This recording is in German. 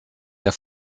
der